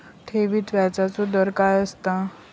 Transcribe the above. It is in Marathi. ठेवीत व्याजचो दर काय असता?